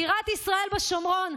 בירת ישראל בשומרון.